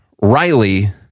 Riley